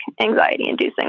anxiety-inducing